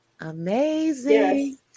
Amazing